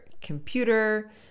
computer